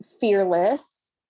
fearless